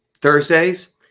Thursdays